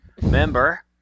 member